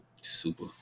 Super